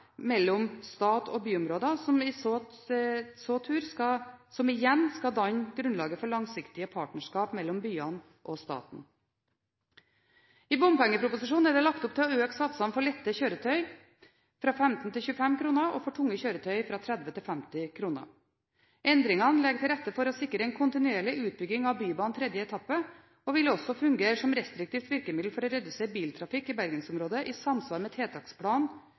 mellom stat og byområder, som igjen skal danne grunnlaget for langsiktige partnerskap mellom byene og staten. I bompengeproposisjonen er det lagt opp til å øke satsene for lette kjøretøy fra 15 til 25 kr, og for tunge kjøretøy fra 30 til 50 kr. Endringene legger til rette for å sikre en kontinuerlig utbygging av Bybanen tredje etappe og vil også fungere som restriktivt virkemiddel for å redusere biltrafikken i Bergensområdet, i samsvar med tiltaksplanen